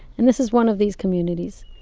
and this is one of these communities.